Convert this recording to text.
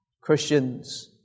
Christians